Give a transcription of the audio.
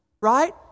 Right